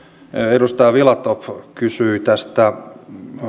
edustaja filatov kysyi tästä